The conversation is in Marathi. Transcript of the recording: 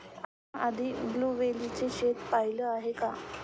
आपण कधी ब्लुबेरीची शेतं पाहीली आहेत काय?